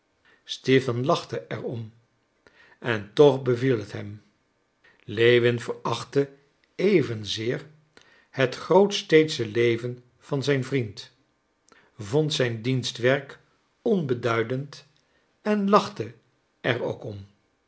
stipan lachte er om en toch beviel het hem lewin verachtte evenzeer het grootsteedsche leven van zijn vriend vond zijn dienstwerk onbeduidend en lachte er ook